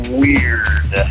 weird